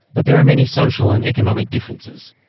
but there are many social and economic differences.